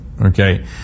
okay